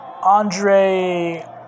Andre